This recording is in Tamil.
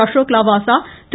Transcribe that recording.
அசோக் லாவாஷா திரு